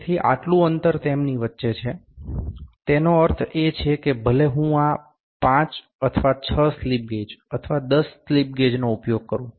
તેથી આટલું અંતર તેમની વચ્ચે છે તેનો અર્થ એ છે કે ભલે હું 5 અથવા 6 સ્લિપ ગેજ અથવા 10 સ્લિપ ગેજ નો ઉપયોગ કરું